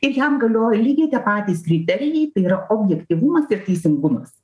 ir jam galioja lygiai tie patys kriterijai tai yra objektyvumas ir teisingumas